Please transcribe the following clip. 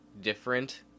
different